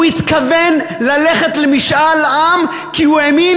הוא התכוון ללכת למשאל עם כי הוא האמין